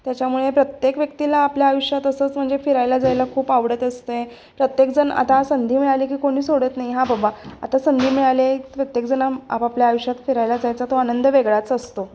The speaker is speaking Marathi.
त्याच्यामुळे प्रत्येक व्यक्तीला आपल्या आयुष्यात असंच म्हणजे फिरायला जायला खूप आवडत असते आहे प्रत्येकजण आता संधी मिळाली की कोणी सोडत नाही हा बाबा आता संधी मिळाली आहे प्रत्येकजण आपापल्या आयुष्यात फिरायला जायचा तो आनंद वेगळाच असतो